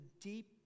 deep